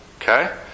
Okay